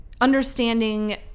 understanding